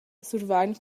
survain